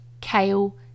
kale